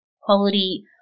quality